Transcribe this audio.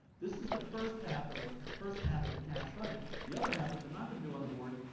this is the first half of the. first half of the cash budget. the other half, which i'm not going to do on the board,